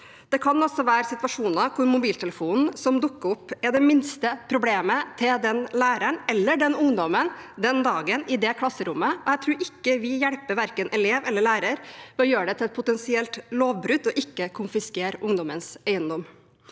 Det kan også være situasjoner hvor mobiltelefonen som dukker opp, er det minste problemet til den læreren, eller til den ungdommen, den dagen i det klasserommet, og jeg tror ikke vi hjelper verken elev eller lærer ved å gjøre det til et potensielt lovbrudd å ikke konfiskere ungdommens eiendom.